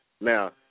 Now